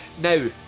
now